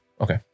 Okay